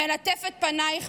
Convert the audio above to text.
// מלטף את פנייך,